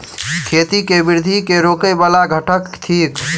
खेती केँ वृद्धि केँ रोकय वला घटक थिक?